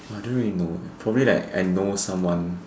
I don't really know eh probably like I know someone